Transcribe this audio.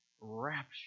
rapture